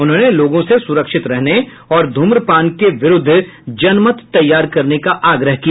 उन्होंने लोगों से सुरक्षित रहने और धूम्रपान के विरूद्ध जनमत तैयार करने का आग्रह किया है